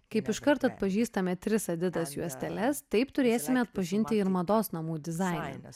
kaip iš karto atpažįstame tris adidas juosteles taip turėsime atpažinti ir mados namų dizainą